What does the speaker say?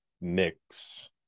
mix